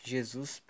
Jesus